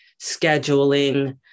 scheduling